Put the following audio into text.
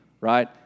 right